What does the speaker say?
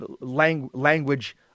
language